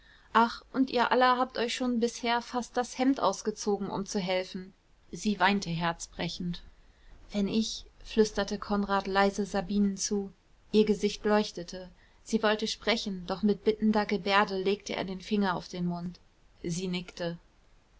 ach und ihr alle habt euch schon bisher fast das hemd ausgezogen um zu helfen sie weinte herzbrechend wenn ich flüsterte konrad leise sabinen zu ihr gesicht leuchtete sie wollte sprechen doch mit bittender gebärde legte er den finger auf den mund sie nickte